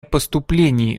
поступлений